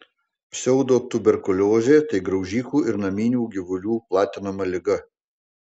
pseudotuberkuliozė tai graužikų ir naminių gyvulių platinama liga